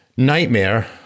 nightmare